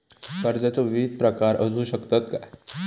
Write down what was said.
कर्जाचो विविध प्रकार असु शकतत काय?